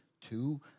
two